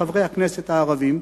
חברי הכנסת הערבים,